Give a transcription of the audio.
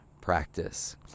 practice